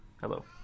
Hello